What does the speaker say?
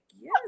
yes